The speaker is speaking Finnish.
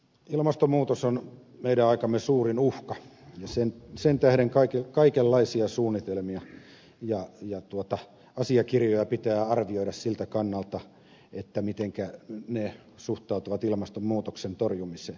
ilmastonmuutos on meidän aikamme suurin uhka ja sen tähden kaikenlaisia suunnitelmia ja asiakirjoja pitää arvioida siltä kannalta mitenkä ne suhtautuvat ilmastonmuutoksen torjumiseen